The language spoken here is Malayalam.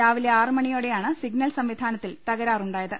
രാവിലെ ആറ് മണിയോടെയാണ് സിഗ്നനൽ സംവിധാ നത്തിൽ തകരാറുണ്ടായത്